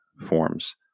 forms